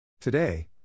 Today